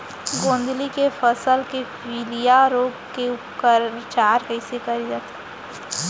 गोंदली के फसल के पिलिया रोग के उपचार कइसे करे जाये?